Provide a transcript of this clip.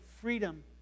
freedom